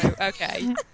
Okay